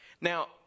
Now